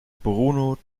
bruno